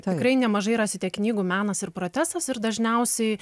tikrai nemažai rasite knygų menas ir protestas ir dažniausiai